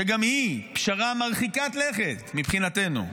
שגם היא פשרה מרחיקת לכת מבחינתנו,